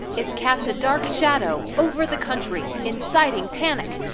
it's cast a dark shadow over the country, inciting panic.